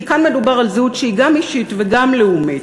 כי כאן מדובר על זהות שהיא גם אישית וגם לאומית.